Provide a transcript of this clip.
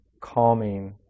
calming